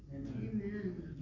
Amen